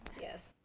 Yes